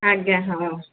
ଆଜ୍ଞା ହଉ